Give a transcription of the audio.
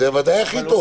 זה ודאי הכי טוב.